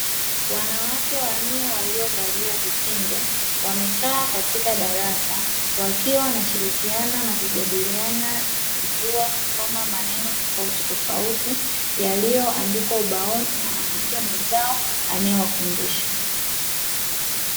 Wanawake wanne waliovalia vitenge wamekaa katika darasa, wakiwa wanashirikiana na kujadiliana kujua kusoma maneno tofautitofauti, yaliyoandikwa ubaoni na mwanamke mwenzao anayewafundisha.